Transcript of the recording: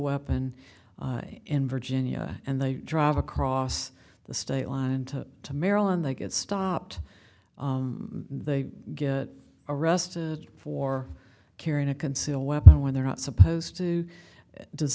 weapon in virginia and they drive across the state line into to maryland they get stopped they get arrested for carrying a concealed weapon when they're not supposed to does